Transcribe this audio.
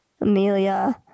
Amelia